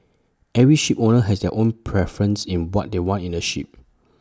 every shipowner has their own preference in what they want in A ship